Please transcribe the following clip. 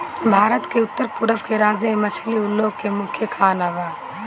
भारत के उत्तर पूरब के राज्य में मछली उ लोग के मुख्य खाना हवे